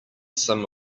some